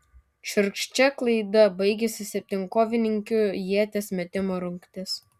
šiurkščia klaida baigėsi septynkovininkių ieties metimo rungtis